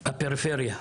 בפריפריה.